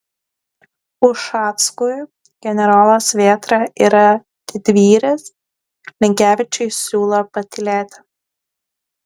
ušackui generolas vėtra yra didvyris linkevičiui siūlo patylėti